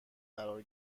قرار